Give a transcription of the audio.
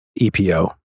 EPO